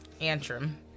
Antrim